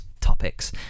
topics